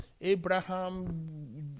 Abraham